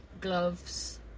gloves